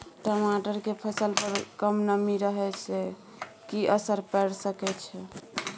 टमाटर के फसल पर कम नमी रहै से कि असर पैर सके छै?